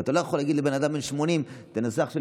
אבל אתה לא יכול להגיד לבן אדם בן 80: תנסה עכשיו